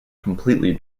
completely